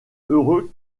heureux